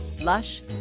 Lush